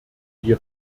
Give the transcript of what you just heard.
die